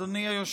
עליי אתה מדבר?